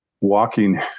walking